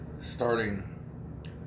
starting